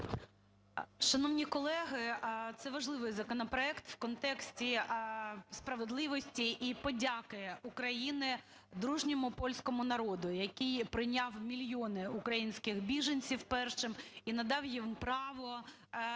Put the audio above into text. Шановні колеги, це важливий законопроект у контексті справедливості і подяки України дружньому польському народу, який прийняв мільйони українських біженців першим і надав їм право